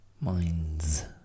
minds